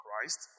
Christ